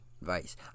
Advice